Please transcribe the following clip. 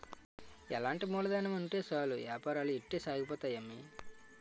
ఎలాంటి మూలధనమైన ఉంటే సాలు ఏపారాలు ఇట్టే సాగిపోతాయి అమ్మి